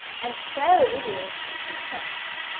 and share the video with your friends.